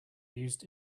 used